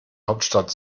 hauptstadt